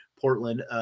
Portland